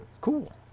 cool